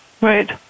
right